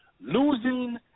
Losing